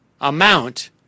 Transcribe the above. amount